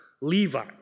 Levi